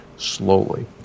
slowly